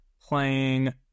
playing